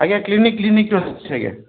ଆଜ୍ଞା କ୍ଲିନିକ୍ କ୍ଲିନିକରେ ଅଛି ଆଜ୍ଞା